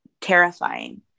terrifying